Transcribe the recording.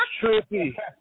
trippy